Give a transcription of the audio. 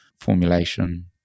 formulation